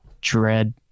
Dread